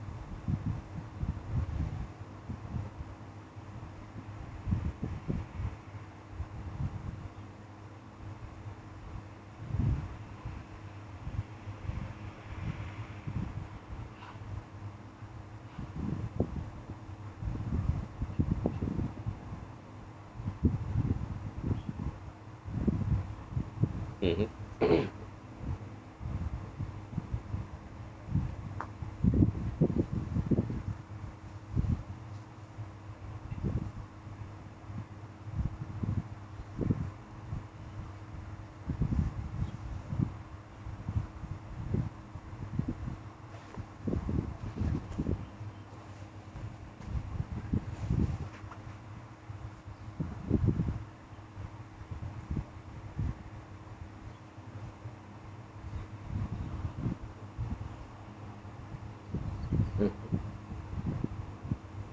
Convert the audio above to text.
mmhmm mmhmm